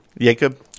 Jacob